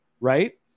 right